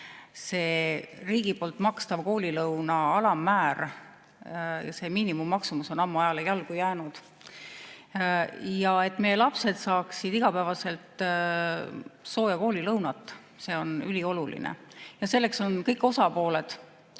sest riigi makstav koolilõuna alammäär, see miinimummaksumus on ammu ajale jalgu jäänud. See, et meie lapsed saaksid iga päev sooja koolilõunat, on ülioluline ja selle nimel on kõik osapooled,